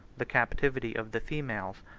the captivity of the females,